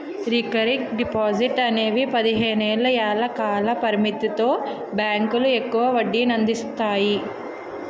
recurring డిపాజిట్లు అనేవి పదిహేను ఏళ్ల కాల పరిమితితో బ్యాంకులు ఎక్కువ వడ్డీనందిస్తాయి